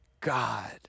God